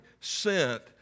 sent